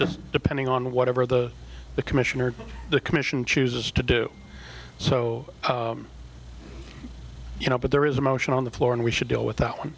know depending on whatever the the commission or the commission chooses to do so you know but there is a motion on the floor and we should deal with th